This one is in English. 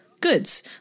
goods